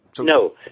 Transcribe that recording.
No